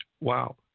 wow